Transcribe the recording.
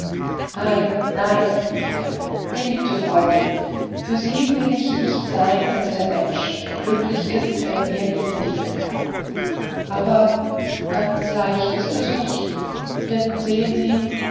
nein nein rief er geliebte freundin für sie will ich nichts sein als der mensch der glücklich ist wenn er ihnen dienen kann aber ganz leicht ist es nicht denn sehen sie